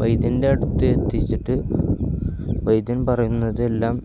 വൈദ്യൻ്റെ അടുത്ത് എത്തിച്ചിട്ട് വൈദ്യൻ പറയുന്നതെല്ലാം